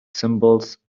symbols